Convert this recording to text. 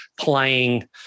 playing